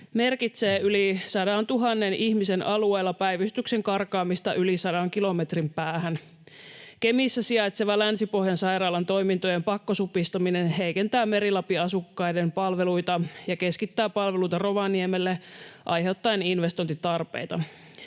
merkitsee yli sadantuhannen ihmisen alueella päivystyksen karkaamista yli sadan kilometrin päähän. Kemissä sijaitsevan Länsi-Pohjan sairaalan toimintojen pakkosupistaminen heikentää Meri-Lapin asukkaiden palveluita ja keskittää palveluita Rovaniemelle aiheuttaen investointitarpeita.